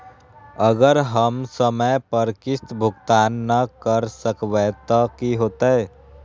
अगर हम समय पर किस्त भुकतान न कर सकवै त की होतै?